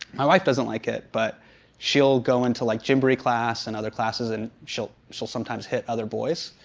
my wife doesn't like it. but she'll go into like gymboree class and other classes and she'll she'll sometimes hit other boys.